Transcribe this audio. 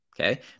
okay